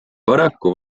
paraku